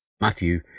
Matthew